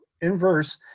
inverse